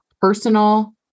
personal